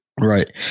Right